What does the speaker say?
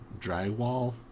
drywall